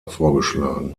vorgeschlagen